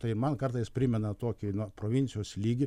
tai man kartais primena tokį no provincijos lygį